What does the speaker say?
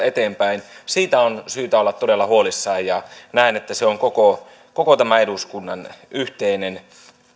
eteenpäin siitä on syytä olla todella huolissaan ja näen että se on koko koko tämän eduskunnan yhteinen